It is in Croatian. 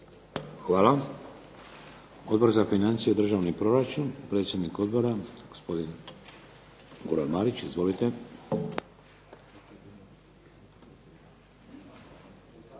Hvala. Odbor za financije i državni proračun, predsjednik odbora gospodin Goran Marić. Izvolite.